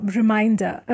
reminder